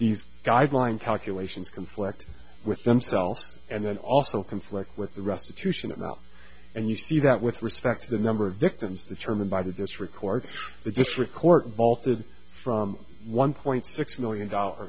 these guidelines calculations conflict with themselves and then also conflict with the restitution of not and you see that with respect to the number of victims determined by visits records the district court vaulted from one point six million dollar